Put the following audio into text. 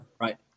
right